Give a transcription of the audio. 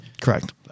Correct